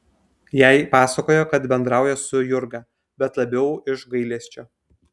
jai pasakojo kad bendrauja su jurga bet labiau iš gailesčio